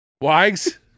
Wags